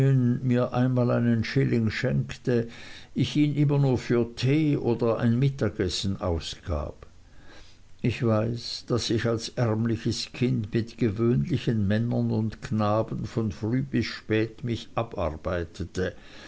mir einmal einen schilling schenkte ich ihn immer nur für tee oder ein mittagessen ausgab ich weiß daß ich als ärmliches kind mit gewöhnlichen männern und knaben von früh bis spät mich abarbeitete